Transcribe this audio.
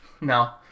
No